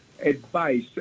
advice